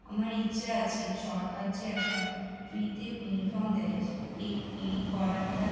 আমার ইচ্ছা আছে সরকার যে এখন ফ্রিতে ইউনিফর্ম দেয় সে এই ই অর্ডারটা